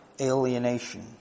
alienation